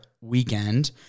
weekend